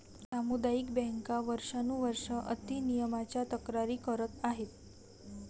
सामुदायिक बँका वर्षानुवर्षे अति नियमनाच्या तक्रारी करत आहेत